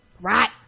right